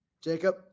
Jacob